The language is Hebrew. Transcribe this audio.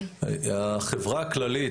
החברה הכללית,